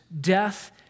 death